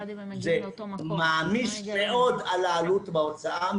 זה מעמיס מאוד על העלות בהוצאה.